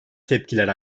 tepkiler